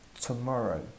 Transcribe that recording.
Tomorrow